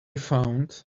found